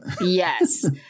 Yes